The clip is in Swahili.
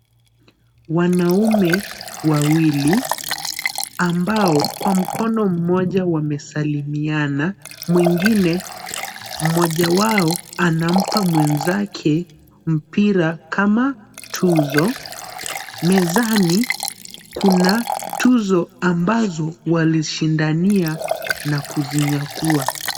Wanaume wawili, ambao kwa mkono mmoja wamesalimiana, mwingine mmoja wao anampa mwenzake mpira kama tuzo. Mezani kuna tuzo ambazo walishindania na kuzinyakua.